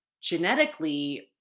genetically